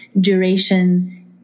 duration